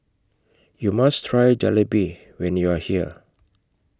YOU must Try Jalebi when YOU Are here